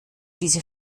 diese